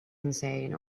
insane